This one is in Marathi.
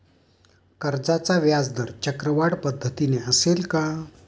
कर्जाचा व्याजदर चक्रवाढ पद्धतीने असेल का?